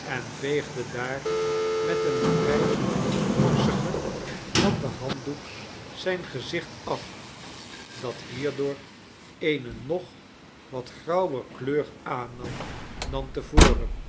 en veegde daar met een vrij morsigen natten handdoek zijn gezicht af dat hierdoor eene nog wat grauwer kleur aannam dan te voren